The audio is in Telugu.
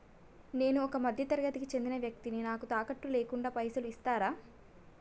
నేను ఒక మధ్య తరగతి కి చెందిన వ్యక్తిని నాకు తాకట్టు లేకుండా పైసలు ఇస్తరా?